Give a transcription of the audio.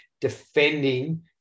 defending